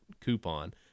coupon